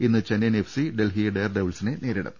ഇന്ന് Chennaiyin FC Delhi Dare ഡെവിൾസിനെ നേരിടും